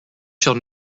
shall